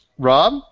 Rob